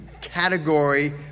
category